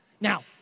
Now